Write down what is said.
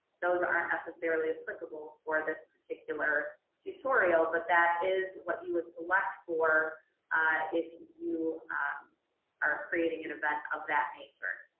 those aren't necessarily applicable for this particular tutorial, but that is what you would select for if you are creating an event of that nature.